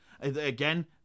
again